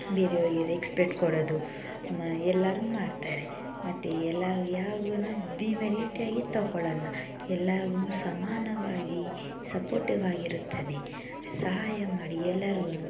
ಬೇರೆಯೋರಿಗೆ respect ಕೊಡೋದು ಮ ಎಲ್ಲರೂ ಮಾಡ್ತಾರೆ ಮತ್ತು ಎಲ್ಲ ಯಾವನ್ನೂ ಡೀಮೆರಿಟಾಗಿ ತೊಗೊಳಲ್ಲ ಎಲ್ಲಾರ್ಗು ಸಮಾನವಾಗಿ ಸಪೋರ್ಟಿವ್ ಆಗಿರುತ್ತದೆ ಸಹಾಯ ಮಾಡಿ ಎಲ್ಲಾರ್ಗು